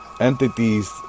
entities